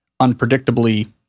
unpredictably